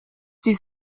sie